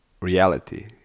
reality